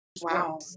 wow